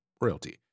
royalty